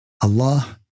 Allah